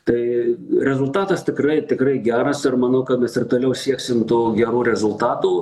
tai rezultatas tikrai tikrai geras ir manau kad vis ir toliau sieksim tų gerų rezultatų